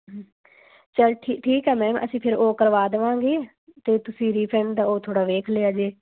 ਚਲ ਠੀ ਠੀਕ ਹੈ ਮੈਮ ਅਸੀਂ ਫੇਰ ਉਹ ਕਰਵਾ ਦੇਵਾਂਗੇ ਅਤੇ ਤੁਸੀਂ ਰੀਫੈਂਡ ਉਹ ਥੋੜ੍ਹਾ ਵੇਖ ਲਿਆ ਜੇ